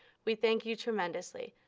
we thank you tremendously.